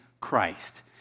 Christ